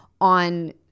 on